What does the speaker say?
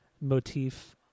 motif